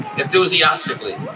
enthusiastically